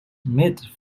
mid